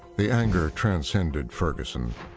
the anger transcended ferguson.